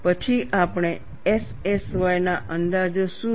પછી આપણે SSY ના અંદાજો શું છે